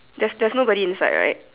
there's there's nobody inside right